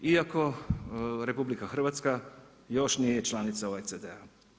Iako RH još nije članica OECD-a.